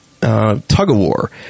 tug-of-war